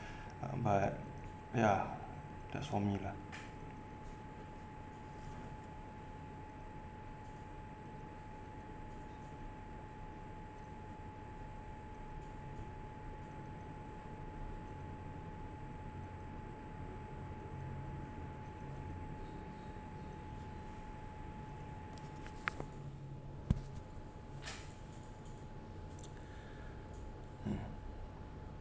uh but ya that's for me lah mm